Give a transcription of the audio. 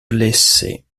blessés